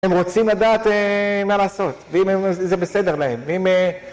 הם רוצים לדעת מה לעשות, ואם זה בסדר להם.